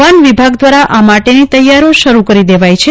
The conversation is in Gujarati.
વન વિભાગ દ્વારા આ માટેની તૈયારીઓ શરૂ કરી દેવાઈ છે